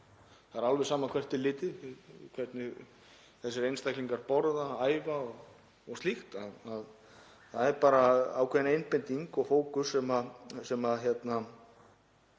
Það er alveg sama hvert er litið, hvernig þessir einstaklingar borða, æfa og slíkt, það er ákveðin einbeiting og fókus sem kemur